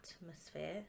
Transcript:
atmosphere